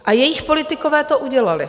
A jejich politikové to udělali.